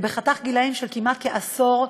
בחתך גילאים של כמעט כעשור,